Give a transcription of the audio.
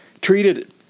treated